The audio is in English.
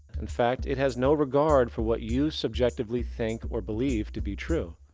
in fact, it has no regard for what you subjectively think or believe to be true.